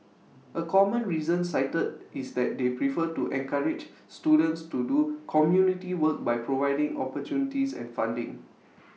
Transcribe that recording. A common reason cited is that they prefer to encourage students to do community work by providing opportunities and funding